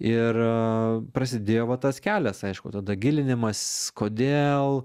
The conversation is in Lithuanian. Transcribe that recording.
ir prasidėjo va tas kelias aišku tada gilinimasis kodėl